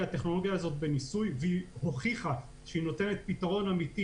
הטכנולוגיה הזאת בניסוי והיא הוכיחה שהיא נותנת פתרון אמיתי